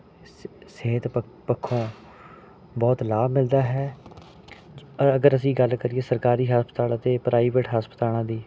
ਸ ਸਿਹਤ ਪ ਪੱਖੋਂ ਬਹੁਤ ਲਾਭ ਮਿਲਦਾ ਹੈ ਅਗਰ ਅਸੀਂ ਗੱਲ ਕਰੀਏ ਸਰਕਾਰੀ ਹਸਪਤਾਲ ਅਤੇ ਪ੍ਰਾਈਵੇਟ ਹਸਪਤਾਲਾਂ ਦੀ